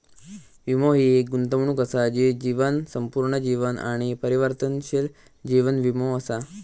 वीमो हि एक गुंतवणूक असा ती जीवन, संपूर्ण जीवन आणि परिवर्तनशील जीवन वीमो असा